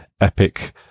Epic